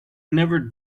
never